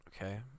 Okay